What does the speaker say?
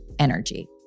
energy